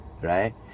right